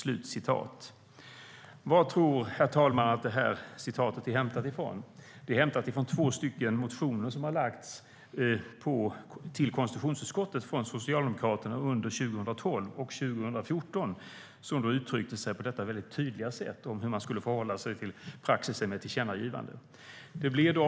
"Herr talman!